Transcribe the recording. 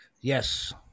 Yes